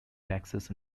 taxes